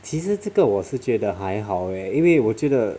其实这个我是觉的还好诶因为我觉得